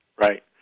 Right